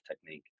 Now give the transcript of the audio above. technique